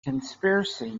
conspiracy